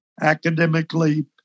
academically